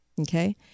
Okay